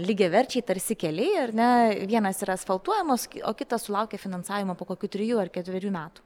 lygiaverčiai tarsi keliai ar ne vienas yra asfaltuojamas o kitas sulaukia finansavimo po kokių trijų ar ketverių metų